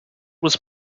was